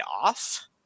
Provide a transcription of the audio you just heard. off